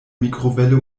mikrowelle